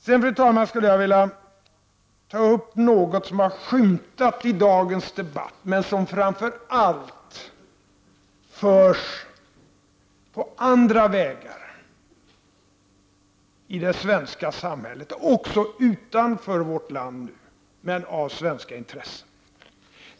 Sedan, fru talman, vill jag ta upp något som har skymtat i dagens debatt men som framför allt förs fram på andra vägar i det svenska samhället och också utanför vårt land, men av svenska intressen.